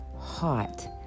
Hot